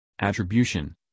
attribution